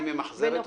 גברתי ממחזרת אותי?